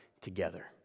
together